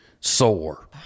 sore